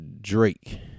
Drake